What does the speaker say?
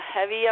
heavy